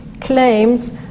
claims